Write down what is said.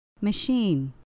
Machine